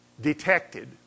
detected